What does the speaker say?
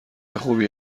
خوبی